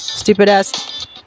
Stupid-ass